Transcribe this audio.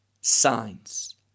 signs